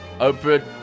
Oprah